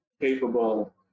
capable